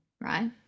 Right